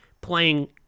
playing